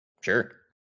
Sure